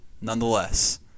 nonetheless